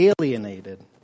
Alienated